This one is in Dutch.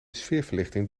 sfeerverlichting